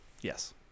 Yes